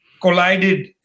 collided